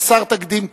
חסר תקדים כמעט.